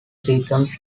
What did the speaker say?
seasons